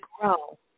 grow